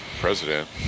president